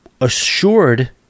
assured